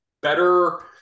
better